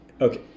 Okay